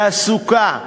תעסוקה,